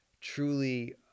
truly